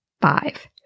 five